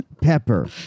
pepper